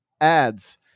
ads